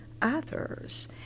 Others